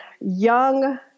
young